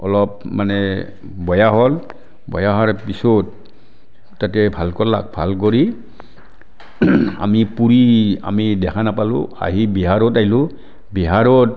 অলপ মানে বেয়া হ'ল বেয়া হোৱাৰ পিছত তাতে ভাল কৰলাক ভাল কৰি আমি পুৰী আমি দেখা নাপালোঁ আহি বিহাৰত আহিলোঁ বিহাৰত